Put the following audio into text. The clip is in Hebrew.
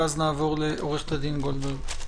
ואז נעבור לעו"ד גולדברג.